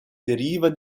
deriva